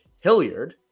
Hilliard